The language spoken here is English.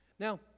Now